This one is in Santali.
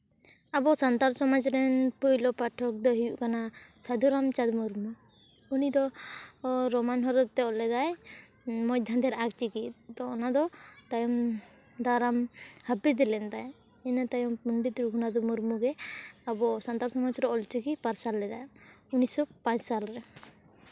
ᱟᱵᱚ ᱥᱟᱱᱛᱟᱲ ᱥᱚᱢᱟᱡᱽ ᱨᱮᱱ ᱯᱳᱭᱞᱳ ᱯᱟᱴᱷᱚᱠ ᱫᱚᱭ ᱦᱩᱭᱩᱜ ᱠᱟᱱᱟ ᱥᱟᱹᱫᱷᱩ ᱨᱟᱢᱪᱟᱸᱫᱽ ᱢᱩᱨᱢᱩ ᱩᱱᱤ ᱫᱚ ᱨᱳᱢᱟᱱ ᱦᱚᱨᱚᱯᱷ ᱛᱮ ᱚᱞ ᱞᱮᱫᱟᱭ ᱢᱚᱸᱡᱽ ᱫᱟᱸᱫᱷᱮᱨ ᱟᱸᱠ ᱚᱞ ᱪᱤᱠᱤ ᱚᱱᱟᱫᱚ ᱛᱟᱭᱚᱢ ᱫᱟᱨᱟᱢ ᱦᱟᱹᱯᱤᱫ ᱞᱮᱱ ᱛᱟᱭᱟ ᱤᱱᱟᱹ ᱛᱟᱭᱚᱢ ᱯᱚᱸᱰᱮᱛ ᱨᱟᱹᱜᱷᱩᱱᱟᱛᱷ ᱢᱩᱨᱢᱩ ᱜᱮ ᱟᱵᱚ ᱥᱟᱱᱛᱟᱲ ᱥᱚᱢᱟᱡᱽ ᱨᱮ ᱚᱞ ᱪᱤᱠᱤ ᱯᱟᱨᱥᱟᱞ ᱞᱮᱫᱟᱭ ᱩᱱᱤᱥᱚ ᱯᱟᱸᱪ ᱥᱟᱞᱨᱮ